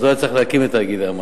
לא היה צריך להקים את תאגידי המים.